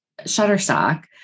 Shutterstock